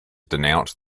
denounced